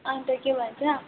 अन्त के भन्छ